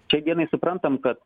šiai dienai suprantam kad